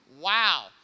Wow